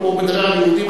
הוא מדבר על יהודים,